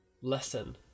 lesson